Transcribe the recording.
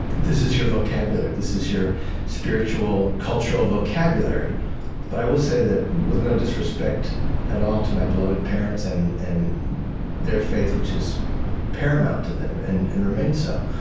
this is your vocabulary. this is your spiritual, cultural vocabulary but i will say that with no disrespect at all to my beloved parents and and their faith, which is paramount to them and and remains so